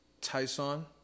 Tyson